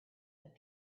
that